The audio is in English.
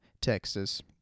Texas